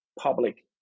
public